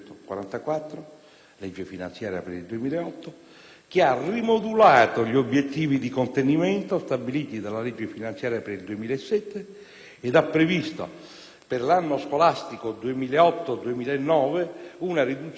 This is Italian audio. (legge finanziaria per il 2008), che ha rimodulato gli obiettivi di contenimento stabiliti dalla legge finanziaria per il 2007 ed ha previsto per l'anno scolastico 2008-2009 una riduzione complessiva